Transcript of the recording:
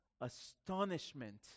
astonishment